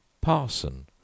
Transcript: parson